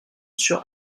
sur